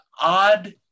odd